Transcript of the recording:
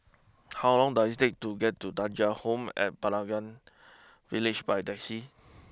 how long does it take to get to Thuja Home at Pelangi Village by taxi